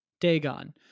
Dagon